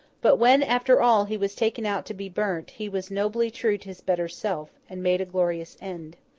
but when, after all, he was taken out to be burnt, he was nobly true to his better self, and made a glorious end.